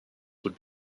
would